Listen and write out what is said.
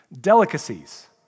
Delicacies